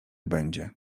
będzie